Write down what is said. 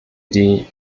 die